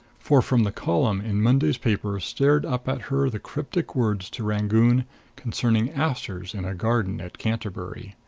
for from the column in monday's paper stared up at her the cryptic words to rangoon concerning asters in a garden at canterbury.